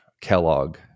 kellogg